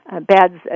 beds